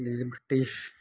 ഈ ബ്രിട്ടീഷ്